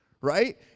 Right